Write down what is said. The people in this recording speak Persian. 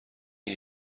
این